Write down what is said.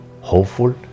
hopeful